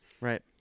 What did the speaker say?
right